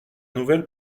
nouvelle